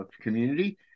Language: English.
Community